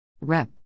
Rep